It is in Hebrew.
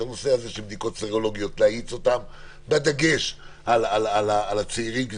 הנושא של האצת הבדיקות הסרולוגיות בדגש על הצעירים,